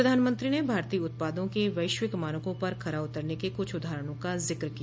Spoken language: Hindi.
प्रधानमंत्री ने भारतीय उत्पादों के वैश्विक मानकों पर खरा उतरने के कुछ उदाहरणों का जिक्र किया